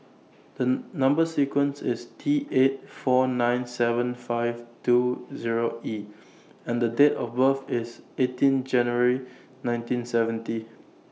The Number sequence IS T eight four nine seven five two Zero E and Date of birth IS eighteen January nineteen seventy